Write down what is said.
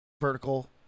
vertical